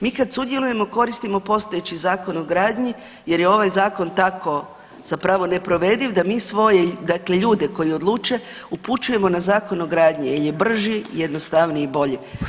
Mi kad sudjelujemo, koristimo postojeći Zakon o gradnji jer je ovaj Zakon tako zapravo neprovediv da mi svoje, dakle ljude koji odluče upućujemo na Zakon o gradnji, jer je brži, jednostavniji i bolji.